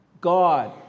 God